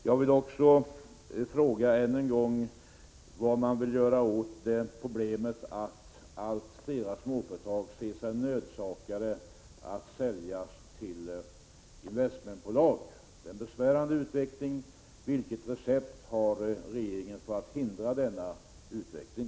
Jag vill än en gång fråga vad man vill göra åt problemet att allt fler småföretagare ser sig nödsakade att sälja sina företag till investmentbolag. Det är en besvärande tendens. Vilket recept har regeringen för att hindra denna utveckling?